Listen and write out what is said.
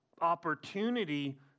opportunity